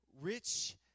Rich